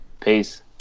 Peace